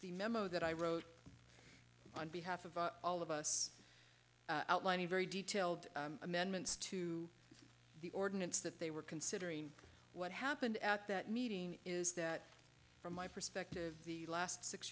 the memo that i wrote on behalf of all of us outlining very detailed amendments to the ordinance that they were considering what happened at that meeting is that from my perspective the last six